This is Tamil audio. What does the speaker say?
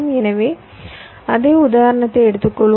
எனவே அதே உதாரணத்தை எடுத்துக்கொள்வோம்